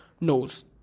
knows